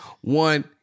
One